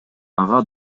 ага